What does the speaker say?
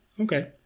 Okay